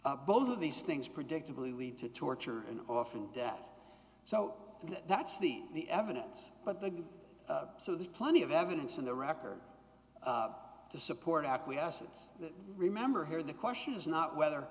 record both of these things predictably lead to torture and often death so that's the the evidence but they do so there's plenty of evidence in the record to support acquiescence that remember here the question is not whether